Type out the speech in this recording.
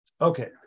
Okay